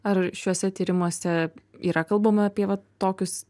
ar šiuose tyrimuose yra kalbama apie va tokius